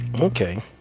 Okay